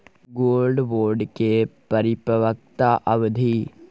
Gold bond के परिपक्वता अवधि?